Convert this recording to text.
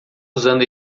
usando